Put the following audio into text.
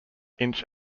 inch